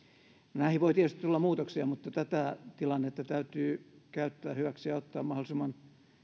näihin voi tietysti tulla muutoksia mutta tätä tilannetta täytyy käyttää hyväksi ja ottaa mahdollisimman